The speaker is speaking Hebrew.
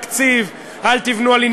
אל תבנו על התקציב,